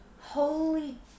Holy